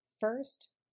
First